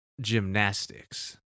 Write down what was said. Gymnastics